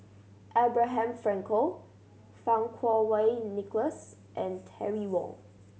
Abraham Frankel Fang Kuo Wei Nicholas and Terry Wong